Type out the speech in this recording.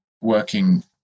working